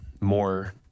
more